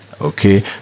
Okay